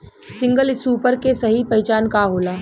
Single super के सही पहचान का होला?